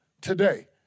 today